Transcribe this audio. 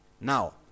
now